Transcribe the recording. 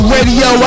Radio